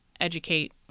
educate